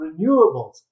renewables